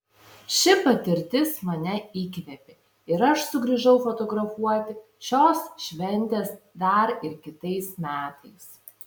ši patirtis mane įkvėpė ir aš sugrįžau fotografuoti šios šventės dar ir kitais metais